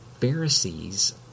Pharisees